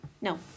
No